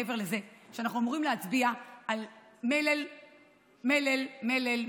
מעבר לזה שאנחנו אמורים להצביע על מלל מלל מלל,